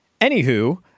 Anywho